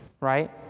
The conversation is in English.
right